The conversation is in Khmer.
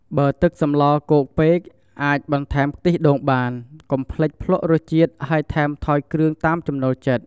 បើទឹកសម្លគោកពេក អាចបន្ថែមខ្ទិះដូងបាន កុំភ្លេចភ្លក្សរសជាតិហើយថែមថយគ្រឿងតាមចំណូលចិត្ត។